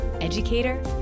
educator